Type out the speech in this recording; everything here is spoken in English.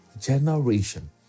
generation